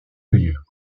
cueilleurs